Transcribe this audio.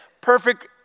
perfect